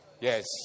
yes